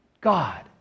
God